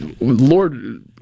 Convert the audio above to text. Lord